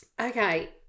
Okay